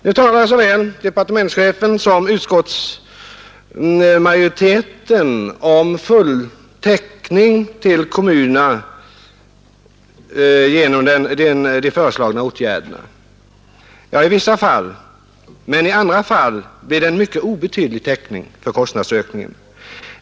Nu talar såväl statsrådet som utskottsmajoriteten om full täckning för kommunerna genom de föreslagna åtgärderna. Ja, i vissa fall, men i andra fall blir det en mycket obetydlig täckning för kostnadsökningen.